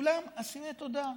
וכולם אסירי תודה,